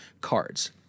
cards